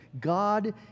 God